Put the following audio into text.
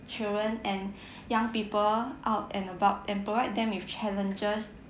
children and young people out and about and provide them with challenges